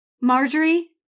Marjorie